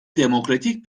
demokratik